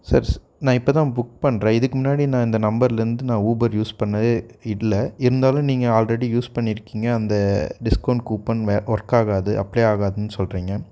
sir நான் இப்போ தான் புக் பண்ணுறேன் இதுக்கு முன்னாடி நான் இந்த நம்பரில் இருந்து நான் ஊபர் யூஸ் பண்ணதே இல்லை இருந்தாலும் நீங்கள் ஆல்ரெடி யூஸ் பண்ணியிருக்கீங்க அந்த டிஸ்கவுண்ட் கூப்பன் வே ஒர்க் ஆகாது அப்ளே ஆகாதுன் சொல்கிறீங்க